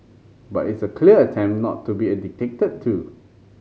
but it's a clear attempt not to be a dictated to